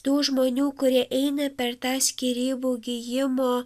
tų žmonių kurie eina per tą skyrybų gijimo